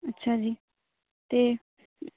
ਅੱਛਾ ਜੀ ਅਤੇ